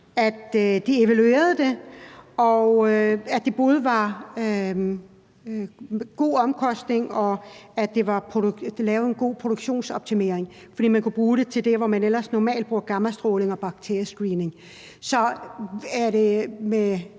at de evaluerede det til, at der både var tale om gode omkostninger og en god produktionsoptimering, fordi man kunne bruge det der, hvor man ellers normalt bruger gammastråling og bakteriescreening. Så er det med